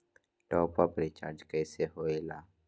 Top up recharge कइसे होएला?